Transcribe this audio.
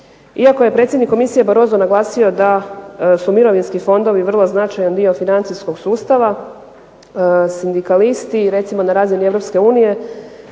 Iako je predsjednik komisije Barroso naglasio da su mirovinski fondovi vrlo značajan dio financijskog sustava sindikalisti recimo na razini EU